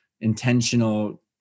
intentional